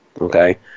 Okay